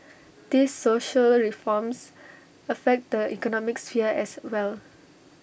these social reforms affect the economic sphere as well